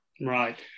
right